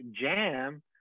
jam